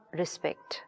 respect